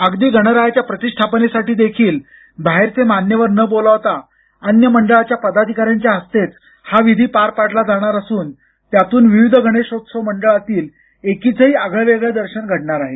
अगदी गणरायाच्या प्रतिष्ठापनेसाठी देखील बाहेरचे मान्यवर न बोलावता अन्य मंडळाच्या पदाधिकाऱ्यांच्या हस्तेच हा विधी पार पाडला जाणार असून त्यातून विविध गणेशोत्सव मंडळातील एकीचंही आगळंवेगळं दर्शन घडणार आहे